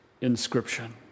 inscription